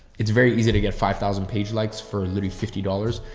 it's very easy to get five thousand page likes for literally fifty dollars.